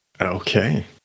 okay